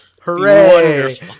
Hooray